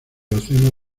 eoceno